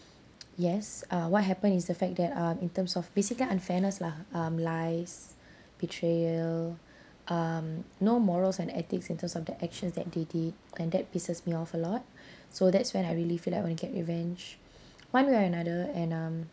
yes ah what happened is the fact that um in terms of basically unfairness lah um lies betrayal um no morals and ethics in terms of their actions that they did and that pisses me off a lot so that's when I really feel like want to get revenge one way or another and um